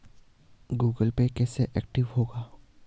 Google Pay कैसे active होगा?